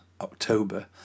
October